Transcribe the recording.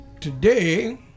today